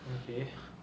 okay